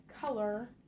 color